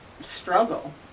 struggle